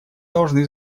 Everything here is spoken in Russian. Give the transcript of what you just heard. должны